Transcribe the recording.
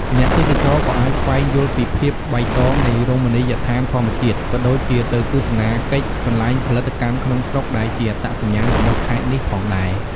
អ្នកទេសចរណ៍ក៏អាចស្វែងយល់ពីភាពបៃតងនៃរមណីយដ្ឋានធម្មជាតិ ក៏ដូចជាទៅទស្សនាកិច្ចកន្លែងផលិតកម្មក្នុងស្រុកដែលជាអត្តសញ្ញាណរបស់ខេត្តនេះផងដែរ។